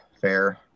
fair